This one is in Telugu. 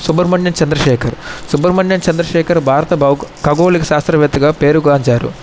సుబ్రహ్మణ్యం చంద్రశేఖర్ సుబ్రహ్మణ్యం చంద్రశేఖర్ భారత బౌగో ఖగోళిక శాస్త్రవేత్తగా పేరుగాంచారు